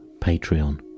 Patreon